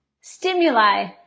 stimuli